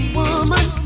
woman